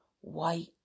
white